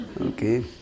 Okay